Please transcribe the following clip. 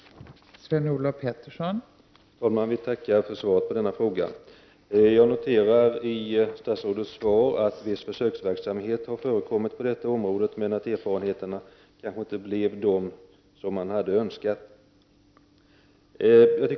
Då Gunhild Bolander, som framställt frågan, anmält att hon var förhindrad att närvara vid sammanträdet, medgav förste vice talmannen att Sven Olof Petersson i stället fick delta i överläggningen.